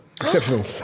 Exceptional